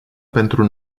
pentru